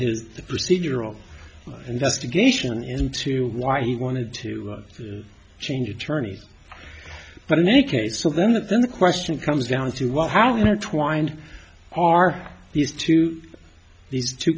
his procedural investigation into why he wanted to change attorneys but in any case so then the question comes down to well how twined are these two these two